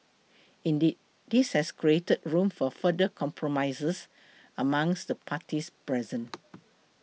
indeed this has created room for further compromises amongst the parties present